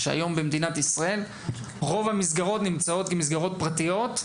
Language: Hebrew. שהיום במדינת ישראל רוב המסגרות נמצאות כמסגרות פרטיות,